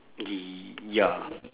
y~ ya